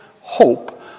hope